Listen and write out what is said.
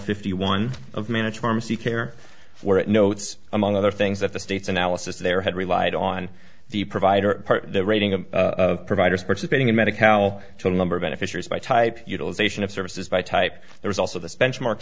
fifty one of manage pharmacy care where it notes among other things that the state's analysis there had relied on the provider the rating of providers participating in medical total number beneficiaries by type utilization of services by type there is also the benchmark